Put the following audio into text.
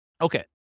Okay